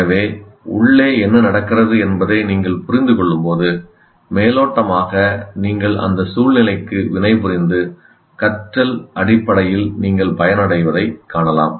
எனவே உள்ளே என்ன நடக்கிறது என்பதை நீங்கள் புரிந்து கொள்ளும்போது மேலோட்டமாக நீங்கள் அந்த சூழ்நிலைக்கு வினைபுரிந்து கற்றல் அடிப்படையில் நீங்கள் பயனடைவதைக் காணலாம்